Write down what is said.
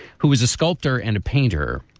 who is a sculptor and a painter